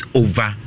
over